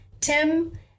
Tim